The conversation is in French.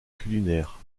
culinaires